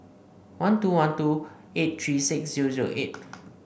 one two one two eight three six zero zero eight